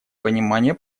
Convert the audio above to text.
понимания